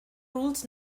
rules